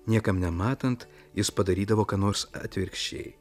niekam nematant jis padarydavo ką nors atvirkščiai